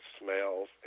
smells